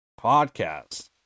podcast